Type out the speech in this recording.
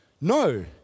No